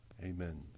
Amen